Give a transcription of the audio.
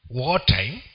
wartime